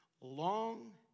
long